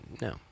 No